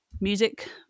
music